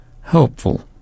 helpful